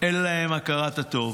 אין להם הכרת הטוב,